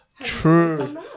true